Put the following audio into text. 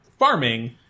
Farming